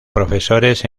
profesores